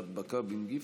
יוסף ג'בארין וג'אבר